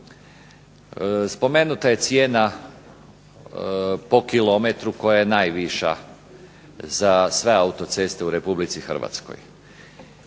Spomenuta je cijena po kilometru koja je najviša za sve autoceste u Republici Hrvatskoj.